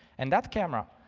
and that camera,